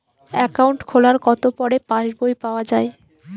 Account খোলার কতো পরে পাস বই পাওয়া য়ায়?